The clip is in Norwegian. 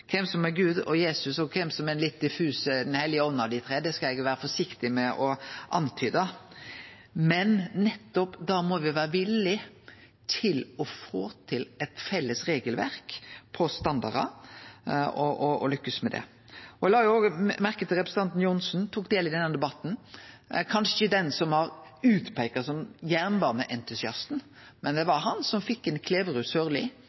Kven som er Gud og Jesus og kven som er den litt diffuse heilage ande av dei tre, skal eg vere litt forsiktig med å antyde, men me må vere villige til å få til eit felles regelverk for standardar og lykkast med det. Eg la òg merke til at representanten Johnsen tok del i denne debatten. Han er kanskje ikkje den som har peikt seg ut som jernbaneentusiasten, men det